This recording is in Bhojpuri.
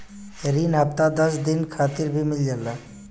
रिन हफ्ता दस दिन खातिर भी मिल जाला